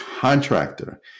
contractor